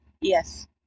yes